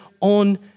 on